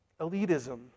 Elitism